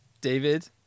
David